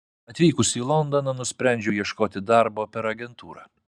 atvykusi į londoną nusprendžiau ieškoti darbo per agentūrą